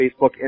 Facebook